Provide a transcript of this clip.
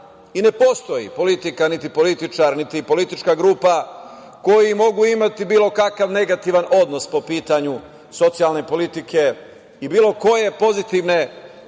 Ne postoji politika, niti političar, niti politička grupa koji mogu imati bilo kakav negativan odnos po pitanju socijalne politike i bilo koje pozitivne